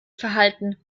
verhalten